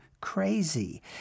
crazy